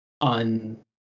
on